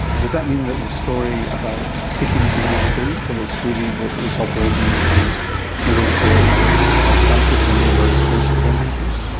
does that mean that the story about stickiness is not true, that it's really that it's operating on these little tails that are stunted when they are exposed to cranberry juice?